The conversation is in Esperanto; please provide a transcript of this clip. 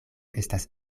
estas